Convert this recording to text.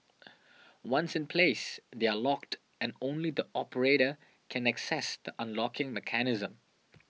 once in place they are locked and only the operator can access the unlocking mechanism